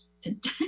today